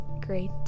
great